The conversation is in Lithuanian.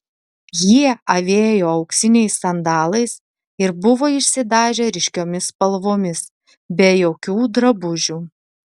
jie avėjo auksiniais sandalais ir buvo išsidažę ryškiomis spalvomis be jokių drabužių